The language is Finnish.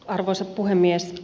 arvoisa puhemies